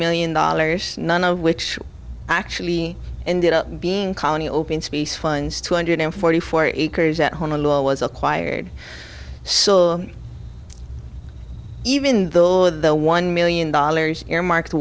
million dollars none of which actually ended up being colony open space funds two hundred forty four eaker is at home alone was acquired so even though the one million dollars earmarked